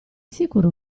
sicuro